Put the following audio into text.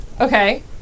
okay